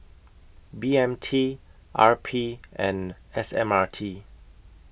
B M T R P and S M R T